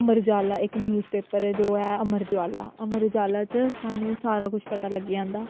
अमर उजाला इक newspaper जो ऐ अमर उजाला अमर उजाला च साह्नू सारा पता लग्गी जंदा